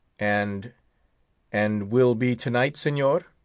and and will be to-night, senor?